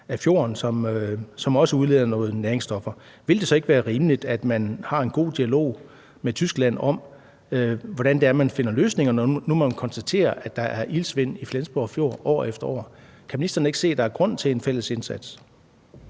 af fjorden, som også udleder nogle næringsstoffer, ville det så ikke være rimeligt, at man havde en god dialog med Tyskland om, hvordan man finder løsninger, når nu man konstaterer, at der er iltsvind i Flensborg Fjord år efter år? Kan ministeren ikke se, at der er grund til en fælles indsats?